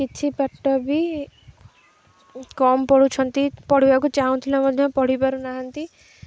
କିଛି ପାଠ ବି କମ୍ ପଢ଼ୁଛନ୍ତି ପଢ଼ିବାକୁ ଚାହୁଁଥିଲେ ମଧ୍ୟ ପଢ଼ି ପାରୁନାହାନ୍ତି